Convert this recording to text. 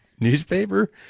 newspaper